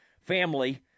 family